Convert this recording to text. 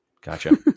Gotcha